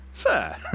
fair